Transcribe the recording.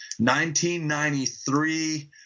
1993